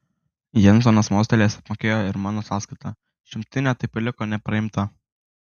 jansonas mostelėjęs apmokėjo ir mano sąskaitą šimtinė taip ir liko nepraimta